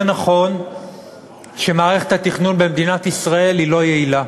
נכון שמערכת התכנון במדינת ישראל היא לא יעילה.